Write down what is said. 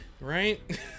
Right